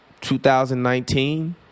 2019